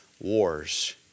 wars